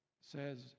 says